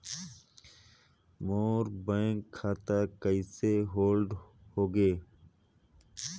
मोर bank खाता कइसे hold होगे?